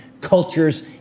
cultures